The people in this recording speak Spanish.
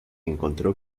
encontró